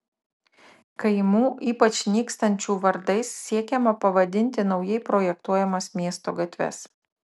kaimų ypač nykstančių vardais siekiama pavadinti naujai projektuojamas miesto gatves